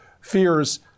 fears